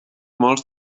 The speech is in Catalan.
molts